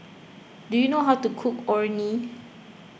do you know how to cook Orh Nee